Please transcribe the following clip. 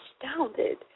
astounded